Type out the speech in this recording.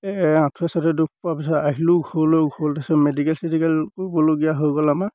এই আঁঠুৱে চাঠুৱে দুখ পোৱাৰ পিছত আহিলোঁ ঘৰলৈও ঘৰত তাৰপিছত মেডিকেল চেডিকেল নিবলগীয়া হৈ গ'ল আমাক